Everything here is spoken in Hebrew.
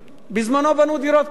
בזמנו בנו דירות קטנות.